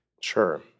Sure